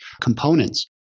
components